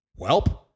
Welp